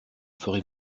ferez